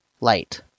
light